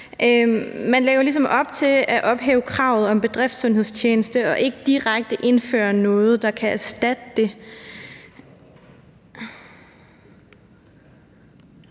ligesom op til at ophæve kravet om bedriftsundhedstjeneste og ikke direkte indføre noget, der kan erstatte det